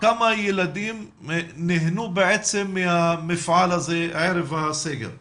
כמה ילדים נהנו מהמפעל הזה ערב הסגר הראשון?